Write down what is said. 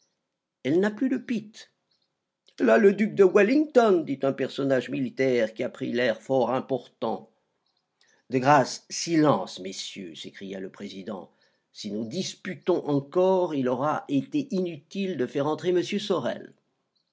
elle n'a plus de pitt elle a le duc de wellington dit un personnage militaire qui prit l'air fort important de grâce silence messieurs s'écria le président si nous disputons encore il aura été inutile de faire entrer m sorel